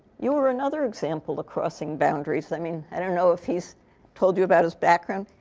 you are another example of crossing boundaries. i mean, i don't know if he's told you about his background.